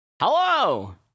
Hello